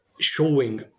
showing